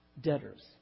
debtors